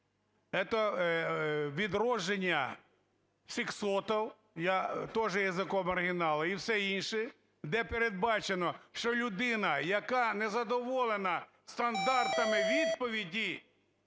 Це відродження сексотов, я теж язиком оригіналу, і все інше, де передбачено, що людина, яка не задоволена стандартами відповіді